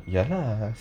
ya lah